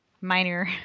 minor